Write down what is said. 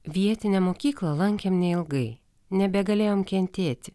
vietinę mokyklą lankėm neilgai nebegalėjom kentėti